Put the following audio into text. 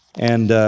and